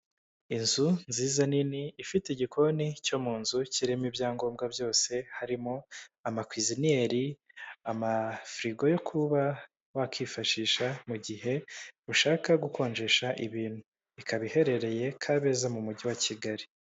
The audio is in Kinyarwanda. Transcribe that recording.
Inzu nziza nini ifite igikoni cyo mu nzu kirimo ibyangombwa byose harimo amakwiziniyeri, amafirigo yo kuba wakwifashisha mu gihe ushaka gukonjesha ibintu, ikaba iherereye Kabeza mu mujyi wa Kigali.